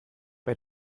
bei